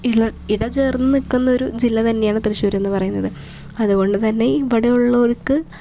ഇഴ ഇടചേർന്ന് നിൽക്കുന്നൊരു ജില്ല തന്നെയാണ് തൃശ്ശൂരെന്ന് പറയുന്നത് അതുകൊണ്ട് തന്നെ ഈ ഇവിടെ ഉള്ളവർക്ക്